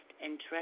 interest